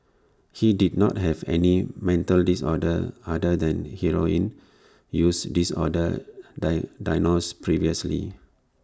he did not have any mental disorder other than heroin use disorder dye diagnosed previously